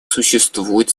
существует